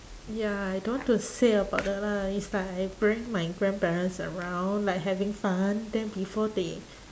ya I don't want to say about the lah is like I bring my grandparents around like having fun then before they